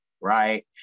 right